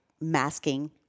masking